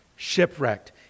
shipwrecked